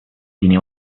tiene